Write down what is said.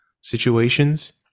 situations